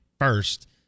first